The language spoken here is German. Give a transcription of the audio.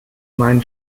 mein